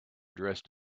dressed